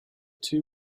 two